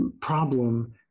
problem